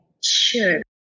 Sure